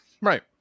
Right